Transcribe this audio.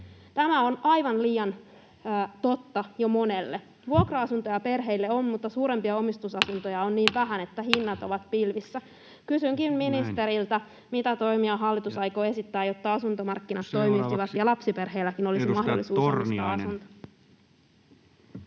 Tämä on aivan liian totta jo monelle. Vuokra-asuntoja perheille on, mutta suurempia omistusasuntoja on niin vähän, että hinnat ovat pilvissä. Kysynkin ministeriltä: [Puhemies: Näin!] mitä toimia hallitus aikoo esittää, jotta asuntomarkkinat toimisivat ja lapsiperheilläkin olisi mahdollisuus omistaa asunto?